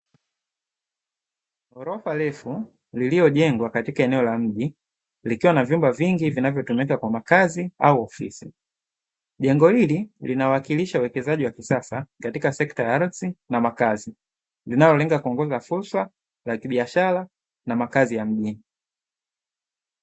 Ghorofa refu lililojengwa katika eneo la mji, likiwa na vyumba vingi vinavyotumika kwa makazi au ofisi. Jengo hili linawakilisha uwekezaji wa kisasa katika sekta ya ardhi na makazi, linalolenga kuongeza fursa za kibiashara na makazi ya mji.